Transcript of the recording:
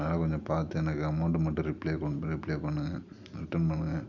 அதனால் கொஞ்சம் பார்த்து எனக்கு அமௌண்டு மட்டும் ரிப்ளே பண்ணு ரிப்ளே பண்ணுங்கள் ரிட்டன் பண்ணுங்கள்